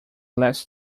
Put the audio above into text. last